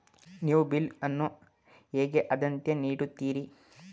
ನೀವು ಬಿಲ್ ಅನ್ನು ಹೇಗೆ ಆದ್ಯತೆ ನೀಡುತ್ತೀರಿ?